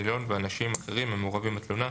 הנילון ואנשים אחראים המעורבים בתלונה."